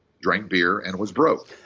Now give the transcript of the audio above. drank beer and was broke.